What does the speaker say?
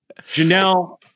Janelle